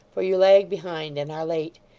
for you lag behind and are late.